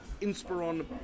Inspiron